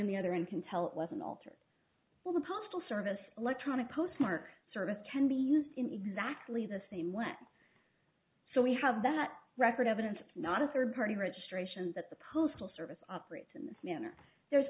in the other and can tell it was an alter well the postal service electronic postmark service can be used in exactly the same way so we have that record evidence not a third party registration that the postal service operates in this manner there's